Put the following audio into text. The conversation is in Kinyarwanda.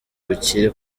ubukire